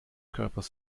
körpers